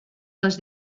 les